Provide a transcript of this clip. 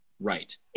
Right